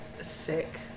sick